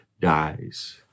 dies